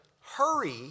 hurry